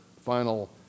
final